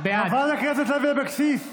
בעד --- חברת הכנסת לוי אבקסיס,